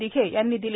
दिघे यांनी दिली